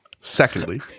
secondly